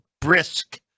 brisk